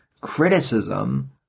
criticism